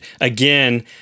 again